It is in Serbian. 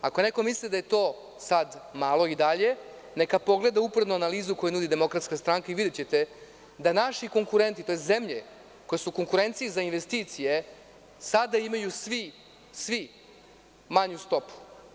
Ako je neko mislio da je to sad malo i dalje neka pogleda uporednu analizu koju nudi DS i videćete da naši konkurenti tj. zemlje koje su u konkurenciji za investicije sada imaju svi, svi, manju stopu.